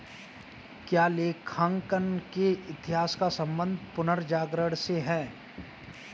क्या लेखांकन के इतिहास का संबंध पुनर्जागरण से है?